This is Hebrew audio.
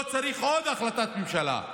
לא צריך עוד החלטת ממשלה,